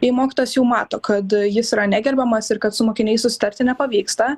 jei mokytojas jau mato kad jis yra negerbiamas ir kad su mokiniais susitarti nepavyksta